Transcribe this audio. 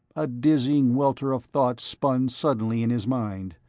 a dizzying welter of thoughts spun suddenly in his mind.